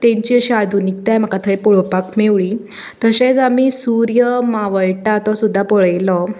तेंची अशी आधुनीकताय आमकां पळोवपाक मेवळी तशेंच आमी सुर्य मावळटा तो सुद्दां पळयलो